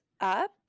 up